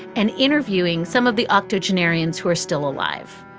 and interviewing some of the octogenarians who are still alive.